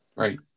Right